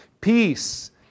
Peace